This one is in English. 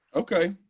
okay.